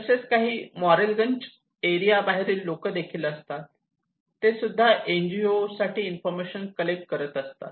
तसेच काही मॉरेलगंज एरिया बाहेरील लोक देखील असतात ते सुद्धा एन जी ओ साठी इन्फॉर्मेशन कलेक्ट करतात